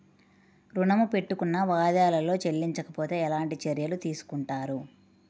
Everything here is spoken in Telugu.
ఋణము పెట్టుకున్న వాయిదాలలో చెల్లించకపోతే ఎలాంటి చర్యలు తీసుకుంటారు?